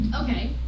okay